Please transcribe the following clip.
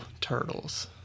turtles